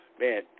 man